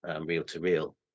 reel-to-reel